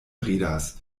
ridas